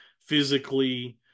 physically